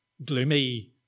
Gloomy